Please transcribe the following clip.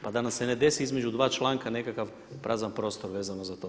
Pa da nam se ne desi između dva članka nekakav prazan prostor vezano za to.